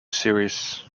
series